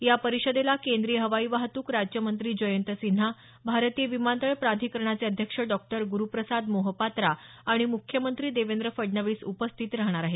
या परिषदेला केंद्रीय हवाई वाहतूक राज्यमंत्री जयंत सिन्हा भारतीय विमानतळ प्राधिकरणाचे अध्यक्ष डॉ ग्रुप्रसाद मोहपात्रा आणि म्ख्यमंत्री देवेंद्र फडणवीस उपस्थित राहणार आहेत